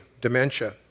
dementia